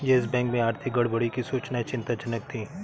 yes Bank में आर्थिक गड़बड़ी की सूचनाएं चिंताजनक थी